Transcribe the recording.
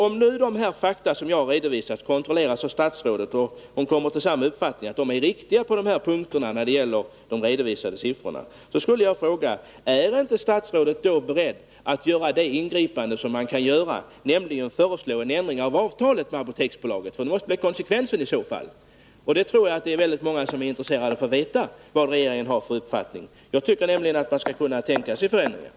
Om de fakta jag redovisat kontrolleras av statsrådet och hon kommer fram till uppfattningen att de är riktiga vad gäller de redovisade siffrorna, är inte statsrådet då beredd att vidta den åtgärd som går att vidta, nämligen föreslå en ändring av avtalet med Apoteksbolaget? Det måste ju i så fall bli konsekvensen. Jag tror att väldigt många är intresserade av att få veta vad regeringen har för uppfattning i det avseendet, och jag tycker att man borde kunna tänka sig en förändring här.